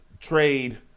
trade